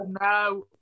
No